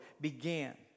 began